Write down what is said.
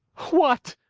what,